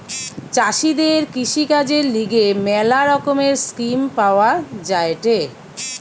চাষীদের কৃষিকাজের লিগে ম্যালা রকমের স্কিম পাওয়া যায়েটে